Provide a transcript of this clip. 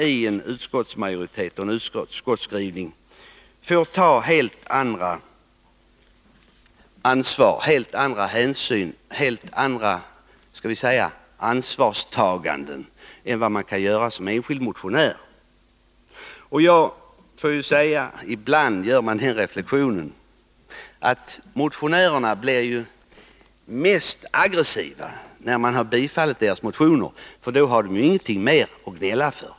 I en utskottsskrivning får man göra helt andra ansvarstaganden än dem man kan göra som enskild motionär. Ibland måste man göra den reflexionen att motionärerna blir mest aggressiva när deras motioner tillstyrks, för då har de ju ingenting mer att gnälla över.